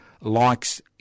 likes